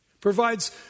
Provides